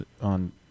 on